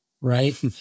right